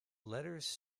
letters